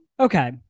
Okay